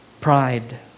pride